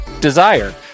Desire